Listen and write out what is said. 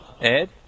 Ed